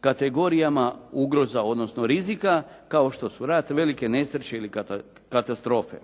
kategorijama ugroza odnosno rizika kao što su rat, velike nesreće ili katastrofe.